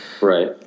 Right